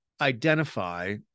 identify